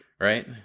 Right